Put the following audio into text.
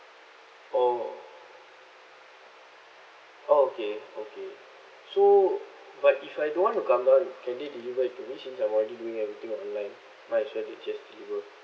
oh oh okay okay so but if I don't want to come down can they deliver it to me since I'm already doing everything online might as well they just deliver